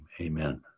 amen